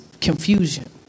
Confusion